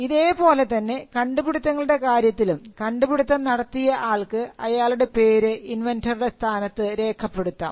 ഇതേ പോലെ തന്നെ കണ്ടുപിടിത്തങ്ങളുടെ കാര്യത്തിലും കണ്ടുപിടുത്തം നടത്തിയ ആൾക്ക് അയാളുടെ പേര് ഇൻവെൻന്ററുടെ സ്ഥാനത്ത് രേഖപ്പെടുത്താം